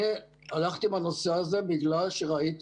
אני הלכתי עם הנושא הזה בגלל שראיתי